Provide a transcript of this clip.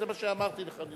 זה מה שאמרתי לך.